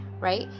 right